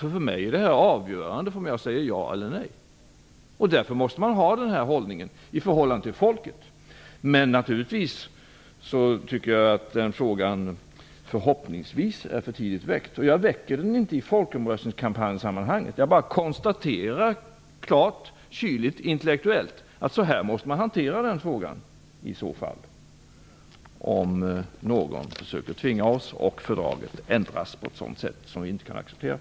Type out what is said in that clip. För mig är det här avgörande för om jag säger ja eller nej. Därför måste man ha den här hållningen i förhållande till folket. Men naturligtvis tycker jag att den frågan, förhoppningsvis, är för tidigt väckt. Jag väcker den inte i folkomröstningssammanhang, utan jag bara konstaterar klart kyligt intellektuellt att det är så frågan måste hanteras, om nu någon försöker tvinga oss och fördraget ändras på ett sätt som vi inte kan acceptera.